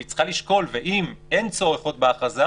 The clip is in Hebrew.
שהיא צריכה לשקול ואם אין צורך עוד בהכרזה,